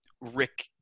Rick